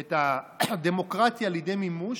את הדמוקרטיה לידי מימוש,